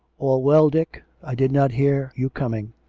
all well, dick i did not hear you coming.